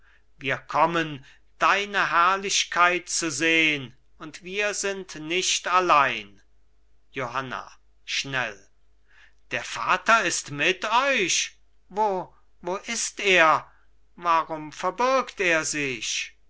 wir kommen deine herrlichkeit zu sehn und wir sind nicht allein johanna schnell der vater ist mit euch wo wo ist er warum verbirgt er sich